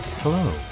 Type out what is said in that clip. Hello